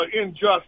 injustice